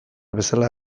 bezala